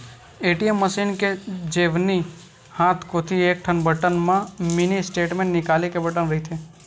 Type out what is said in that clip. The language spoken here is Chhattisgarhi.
ए.टी.एम मसीन के जेवनी हाथ कोती एकठन बटन म मिनी स्टेटमेंट निकाले के बटन रहिथे